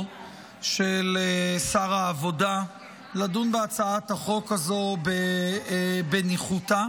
של שר העבודה לדון בהצעת החוק הזו בניחותא.